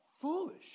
Foolish